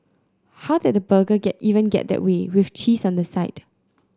how did the burger even get that way with cheese on the side